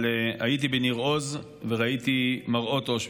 אבל הייתי בניר עוז וראיתי מראות אושוויץ,